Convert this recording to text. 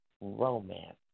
romance